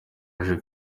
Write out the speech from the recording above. baje